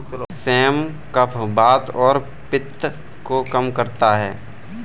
same कफ, वात और पित्त को कम करता है